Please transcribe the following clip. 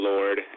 Lord